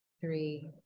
three